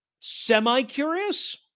semi-curious